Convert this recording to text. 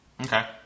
Okay